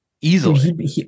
Easily